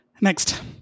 Next